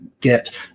get